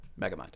Megamind